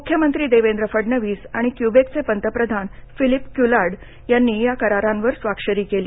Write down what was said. म्ख्यमंत्री देवेंद्र फडणवीस आणि क्यूबेकचे पंतप्रधान फिलिप क्यूलार्ड यांनी या करारांवर स्वाक्षरी केली